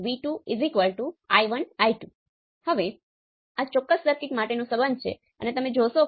તો હું આ કિસ્સામાં શું કરું